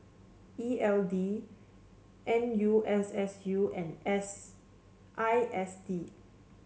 E L D N U S S U and S I S D